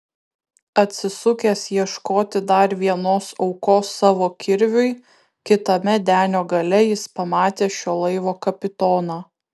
atsisukęs ieškoti dar vienos aukos savo kirviui kitame denio gale jis pamatė šio laivo kapitoną